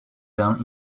down